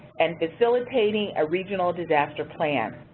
and facilitating a regional disaster plan.